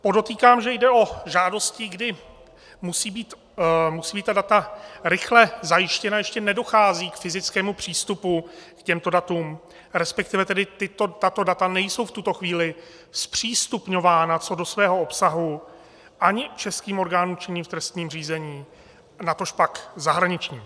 Podotýkám, že jde o žádosti, kdy musí být data rychle zajištěna, ještě nedochází k fyzickému přístupu k těmto datům, resp. tato data nejsou v tuto chvíli zpřístupňována co do svého obsahu ani českým orgánům činným v trestním řízení, natožpak zahraničním.